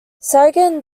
sagan